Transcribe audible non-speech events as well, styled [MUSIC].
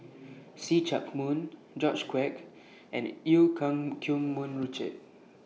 See Chak Mun George Quek and EU Keng [UNINTELLIGIBLE] Mun Richard